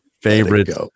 favorite